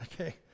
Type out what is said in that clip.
Okay